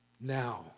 Now